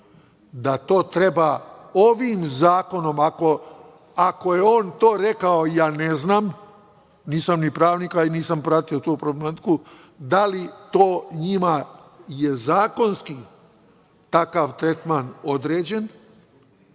da to treba ovim zakonom, ako je on to rekao, ja ne znam, nisam ni pravnik, a i nisam ni pratio tu problematiku, da li to njima je zakonski takav tretman određen